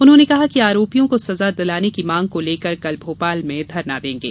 उन्होंने इस मौके पर कहा कि आरोपियों को सजा दिलाने की मांग को लेकर कल भोपाल में धरना देंगे